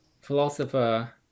philosopher